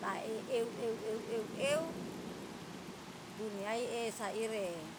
Ta e euw euw euw duniae saire,